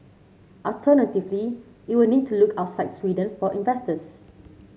alternatively it will need to look outside Sweden for investors